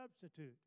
substitute